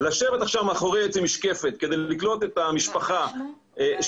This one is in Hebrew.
לשבת עכשיו מאחורי עץ עם משקפת כדי לקלוט את המשפחה שעוד